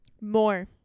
more